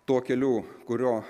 tuo keliu kurio